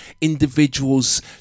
individuals